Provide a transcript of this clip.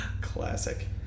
Classic